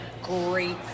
great